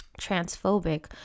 transphobic